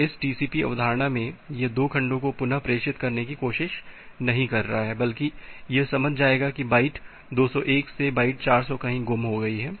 तो इस टीसीपी अवधारणा में यह 2 खंडों को पुनः प्रेषित करने की कोशिश नहीं कर रहा है बल्कि यह समझ जाएगा कि बाइट 201 से बाइट 400 कही गुम हो गई हैं